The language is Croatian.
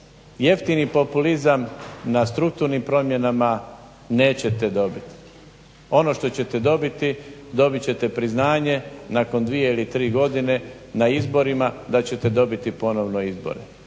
jeftini populizam na strukturnim promjenama nećete dobiti. Ono što ćete dobiti, dobit ćete priznanje nakon dvije ili tri godine na izborima da ćete dobiti ponovno izbore.